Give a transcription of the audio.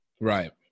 right